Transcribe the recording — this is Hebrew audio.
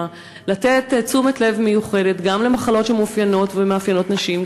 לתת תשומת לב מיוחדת גם למחלות שמאופיינות ומאפיינות נשים,